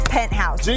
Penthouse